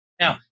Now